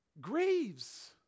grieves